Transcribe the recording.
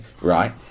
right